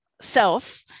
self